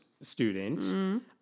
student